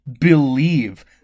believe